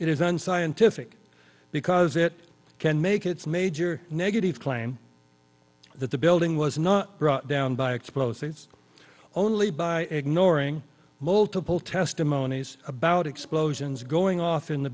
it is unscientific because it can make its major negative claim that the building was not brought down by explosives only by ignoring multiple testimonies about explosions going off in the